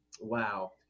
wow